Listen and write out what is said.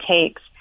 takes